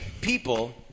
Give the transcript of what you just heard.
People